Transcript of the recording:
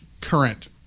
current